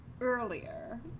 Earlier